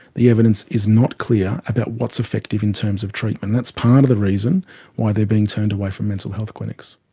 the evidence is not clear about what's effective in terms of treatment, that's part of the reason why they are being turned away from mental health clinics.